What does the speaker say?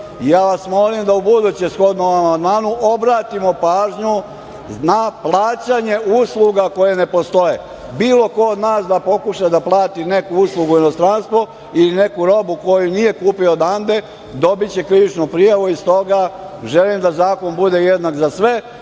ja vas molim da u buduće, shodno amandmanu, obratimo pažnju na plaćanje usluga koje ne postoje. Bilo ko od nas da pokuša da plati neku uslugu u inostranstvu ili neku robu koju nije kupio odande, dobiće krivičnu prijavu i stoga želim da zakon bude jednak za sve,